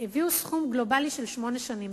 הביאו סכום גלובלי של שמונה שנים.